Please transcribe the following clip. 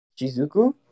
Jizuku